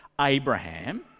Abraham